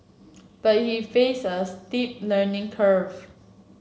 but he faced a steep learning curve